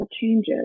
changes